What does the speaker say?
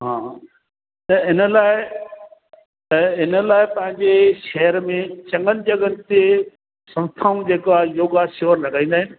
हा त इन लाइ त इन लाइ पंहिंजे शहर में चङनि जॻहिनि ते संस्थाऊं जेको आहे योगा शिविर लॻाईंदा आहिनि